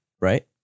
right